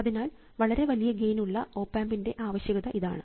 അതിനാൽ വളരെ വലിയ ഗെയിൻ ഉള്ള ഓപ് ആമ്പിൻറെ ആവശ്യകത ഇതാണ്